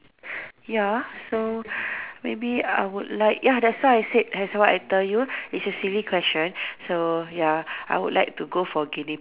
ya so maybe I would like ya that's why I said that's why I tell you this is silly question so ya I would like to go for guinea